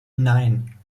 nein